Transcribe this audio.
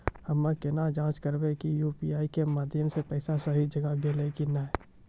हम्मय केना जाँच करबै की यु.पी.आई के माध्यम से पैसा सही जगह गेलै की नैय?